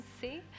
See